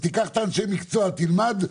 תיקח את אנשי המקצוע, תלמד.